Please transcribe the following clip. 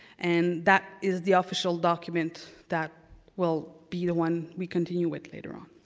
and that is the official document that will be the one we continue with later on.